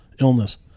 illness